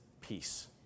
peace